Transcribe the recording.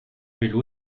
vélo